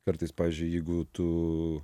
kartais pavyzdžiui jeigu tu